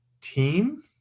team